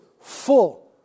full